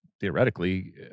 theoretically